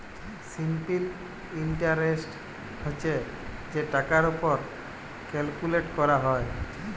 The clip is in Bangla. সিম্পল ইলটারেস্ট হছে যে টাকার উপর ক্যালকুলেট ক্যরা হ্যয়